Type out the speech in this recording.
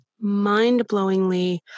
mind-blowingly